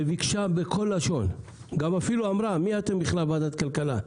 היא אפילו אמרה: מי אתם בכלל ועדת הכלכלה?